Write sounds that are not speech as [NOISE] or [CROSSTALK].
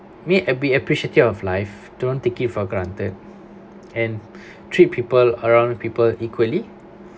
mean uh be appreciative of life don't take it for granted and [BREATH] treat people around people equally